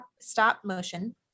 stop-motion